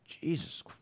Jesus